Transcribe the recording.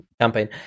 campaign